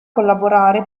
collaborare